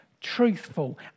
truthful